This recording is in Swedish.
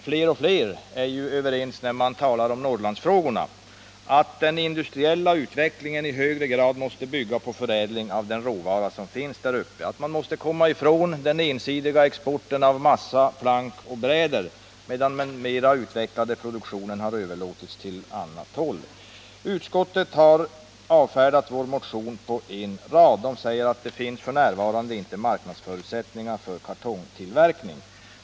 Fler och fler är ju överens med oss när vi talar om Norrlandsfrågorna: Den industriella utvecklingen måste bygga på förädling av den råvara som finns där uppe. Man måste komma ifrån exporten av exempelvis massa, plank och bräder medan den mera utvecklade produktionen överlåts åt industrier på annat håll. Utskottet har avfärdat vår motion på en rad. Man säger att det f. n. inte finns marknadsförutsättningar för kartongtillverkning.